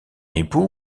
époux